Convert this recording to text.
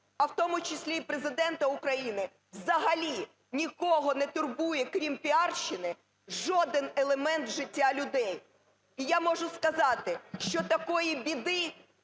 а в тому числі й Президента України, взагалі нікого не турбує, крім піарщини, жоден елемент життя людей. І я можу сказати, що такої біди,